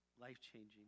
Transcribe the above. life-changing